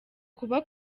kuba